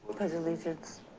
allegiance